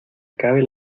acabe